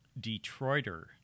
Detroiter